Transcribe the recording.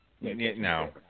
no